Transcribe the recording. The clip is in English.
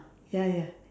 ya ya